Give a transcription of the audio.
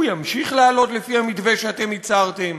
הוא ימשיך לעלות לפי המתווה שעליו אתם הצהרתם.